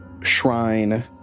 shrine